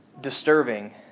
disturbing